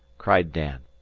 cried dan.